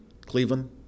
Cleveland